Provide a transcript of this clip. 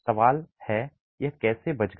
सवाल है यह कैसे बच गया